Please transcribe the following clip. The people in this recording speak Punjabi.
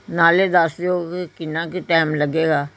ਨਾਲੇ ਦੱਸ ਦਿਓ ਕਿ ਕਿੰਨਾ ਕੁ ਟਾਈਮ ਲੱਗੇਗਾ